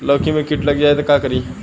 लौकी मे किट लग जाए तो का करी?